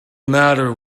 matter